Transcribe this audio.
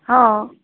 हां